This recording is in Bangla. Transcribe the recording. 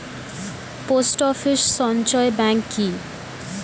পোস্ট অফিস সঞ্চয় ব্যাংক কি?